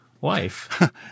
wife